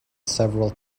several